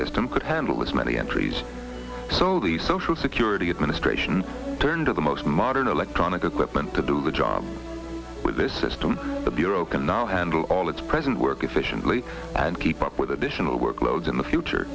system could handle this many entries so the social security administration turned to the most modern electronic equipment to do the job with this system the bureau can now handle all its present work efficiently and keep up with additional workloads in the future